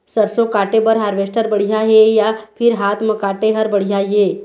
सरसों काटे बर हारवेस्टर बढ़िया हे या फिर हाथ म काटे हर बढ़िया ये?